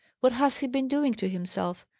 what has he been doing to himself?